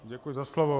Děkuji za slovo.